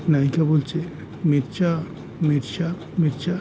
নায়িকা বলছে মিরচা মিরচা মিরচা